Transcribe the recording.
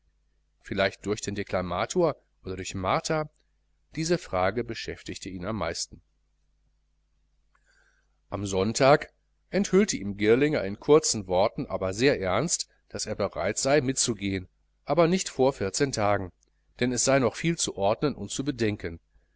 vielleicht durch den deklamator oder durch martha diese frage beschäftigte ihn am meisten am sonntag enthüllte ihm girlinger in kurzen worten aber sehr ernst daß er bereit sei mitzugehen aber nicht vor vierzehn tagen denn es sei noch viel zu ordnen und zu bedenken